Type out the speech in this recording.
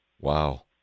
Wow